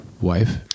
wife